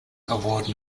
award